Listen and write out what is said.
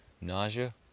nausea